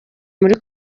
muri